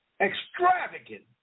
extravagant